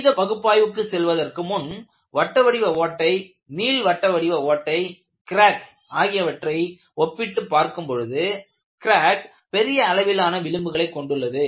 கணித பகுப்பாய்வுக்கு செல்வதற்குமுன் வட்ட வடிவ ஓட்டை நீள்வட்ட வடிவ ஓட்டை கிராக் ஆகியவற்றை ஒப்பிட்டு பார்க்கும் பொழுது கிராக் பெரிய அளவிலான விளிம்புகளை கொண்டுள்ளது